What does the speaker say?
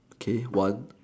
okay one